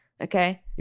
okay